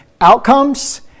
outcomes